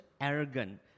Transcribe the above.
arrogant